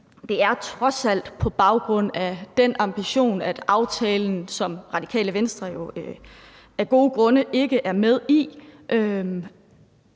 Det er trods alt på baggrund af den ambition, at man i aftalen, som Radikale Venstre jo af gode grunde ikke er med i,